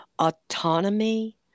autonomy